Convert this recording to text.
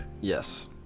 Yes